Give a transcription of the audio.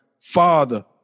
father